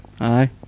Aye